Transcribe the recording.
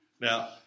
Now